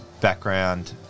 background